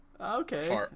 Okay